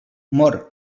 mor